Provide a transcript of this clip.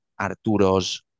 Arturo's